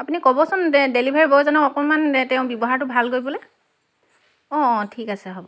আপুনি ক'বচোন ডেলিভাৰী বয়জনক অকণমান তেওঁৰ ব্যৱহাৰটো ভাল কৰিবলৈ অঁ অঁ ঠিক আছে হ'ব